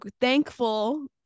thankful